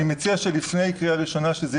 אני מציע שלפני קריאה ראשונה.